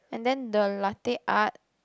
and then the latte art